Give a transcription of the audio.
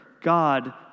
God